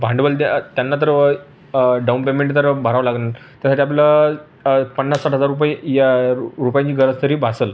भांडवल द्या त्यांना तर वय् डाऊन पेमेंट तर भरावं लागन त्यासाठी आपल्याला पन्नास साठ हजार रुपये या रुपयांची गरज तरी भासल